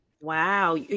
Wow